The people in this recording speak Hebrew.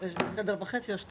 יש גם חדר וחצי, או שתיים.